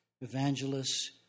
evangelists